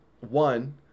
one